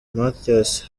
mathias